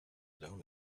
down